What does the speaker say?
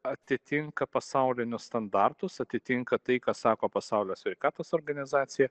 atitinka pasaulinius standartus atitinka tai ką sako pasaulio sveikatos organizacija